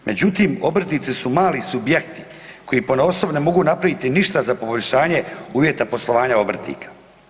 Međutim, obrtnici su mali subjekti koji ponaosob ne mogu napraviti ništa za poboljšanje uvjeta poslovanja obrtnika.